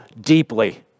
deeply